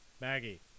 Maggie